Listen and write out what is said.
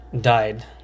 died